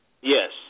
Yes